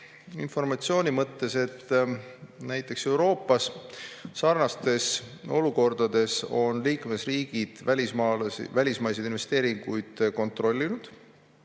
informatsiooni mõttes, näiteks Euroopas sarnastes olukordades on liikmesriigid välismaiseid investeeringuid kontrollinud